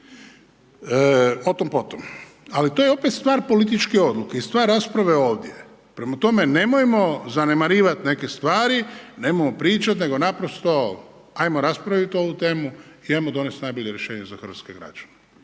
O tom potom. Ali to je opet stvar političke odluke i stvar rasprave ovdje. Prema tome, nemojmo zanemarivat neke stvari, nemojmo pričati nego naprosto ajmo raspraviti ovu temu i ajmo donesti najbolje rješenje za hrvatske građane.